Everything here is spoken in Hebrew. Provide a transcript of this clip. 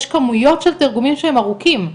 יש כמויות של תרגומים שהם ארוכים.